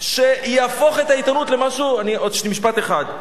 שיהפוך את העיתונות למשהו, משפט אחד.